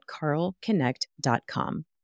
carlconnect.com